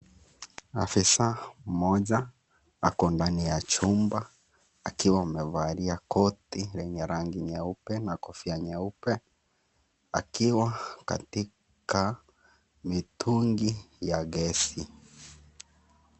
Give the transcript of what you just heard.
Afisa mmoja ako ndani ya chumba akiwa amengoja koti lenye rangi nyeupe na kofia nyeupe akiwa katika mitungi ya gesi.